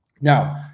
Now